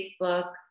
Facebook